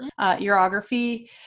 urography